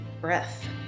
breath